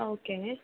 okay